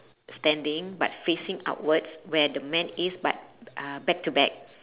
standing but facing outwards where the man is but uh back to back